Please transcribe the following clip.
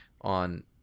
on